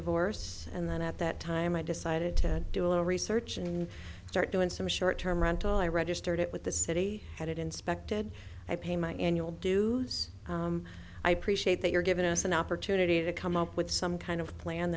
divorce and then at that time i decided to do a little research and start doing some short term rental i registered it with the city had it inspected i pay my annual dues i appreciate that you're giving us an opportunity to come up with some kind of plan